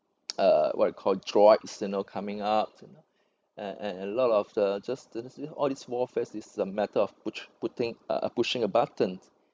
uh what you call droids you know coming out and and a lot of the just you know all these warfare is a matter of p~ putting uh pushing a button